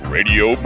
Radio